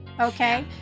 okay